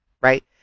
right